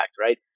right